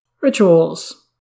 Rituals